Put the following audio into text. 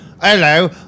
Hello